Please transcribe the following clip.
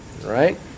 right